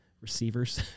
receivers